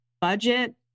budget